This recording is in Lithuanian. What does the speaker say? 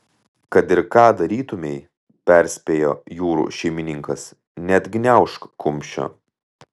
kad ir ką darytumei perspėjo jūrų šeimininkas neatgniaužk kumščio